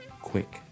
quick